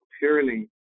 purely